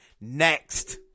next